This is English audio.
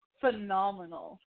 phenomenal